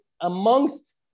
amongst